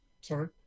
sorry